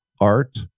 art